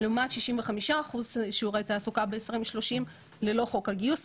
לעומת 65% שיעורי תעסוקה ב-2030 ללא חוק הגיוס.